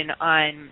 on